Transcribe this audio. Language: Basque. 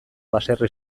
baserri